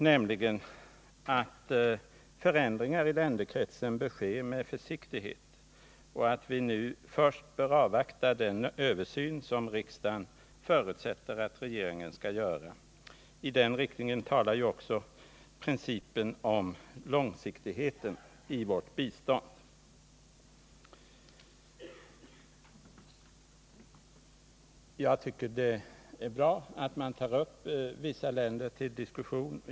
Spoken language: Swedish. Vi sade att förändringar i länderkretsen bör ske med försiktighet och att vi nu först bör avvakta den översyn som riksdagen förutsätter att regeringen skall göra, För detta talar också principen om långsiktigheten i vårt bistånd. Det är bra att man tar upp vissa länder till diskussion.